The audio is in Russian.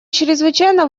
чрезвычайно